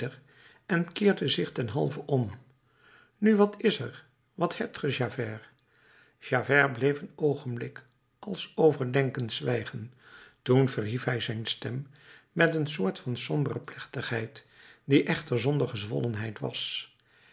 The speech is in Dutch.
en keerde zich ten halve om nu wat is er wat hebt ge javert javert bleef een oogenblik als overdenkend zwijgen toen verhief hij zijn stem met een soort van sombere plechtigheid die echter zonder gezwollenheid was